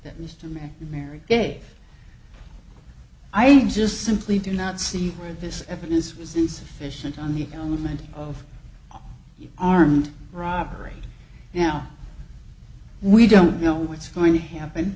that mr mcnamara gave i just simply do not see where this evidence was insufficient on the element of armed robbery now we don't know what's going to happen